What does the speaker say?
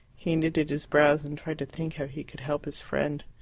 he knitted his brows and tried to think how he could help his friend.